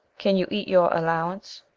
can you eat your allowance?